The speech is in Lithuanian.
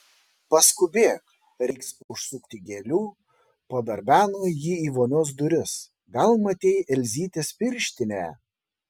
paskubėk reiks užsukti gėlių pabarbeno ji į vonios duris gal matei elzytės pirštinę